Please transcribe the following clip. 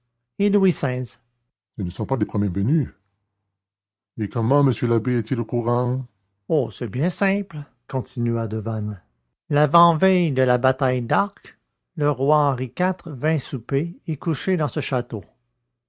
louis xvi ce ne sont pas les premiers venus et comment m l'abbé est-il au courant oh c'est bien simple continua devanne l'avant-veille de la bataille d'arques le roi henri iv vint souper et coucher dans ce château